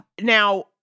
Now